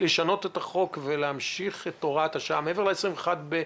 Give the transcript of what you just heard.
לשנות את החוק ולהמשיך את הוראת השעה מעבר ל-21 בדצמבר.